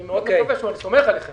אני סומך עליכם